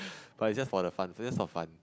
but its just for the fun just for fun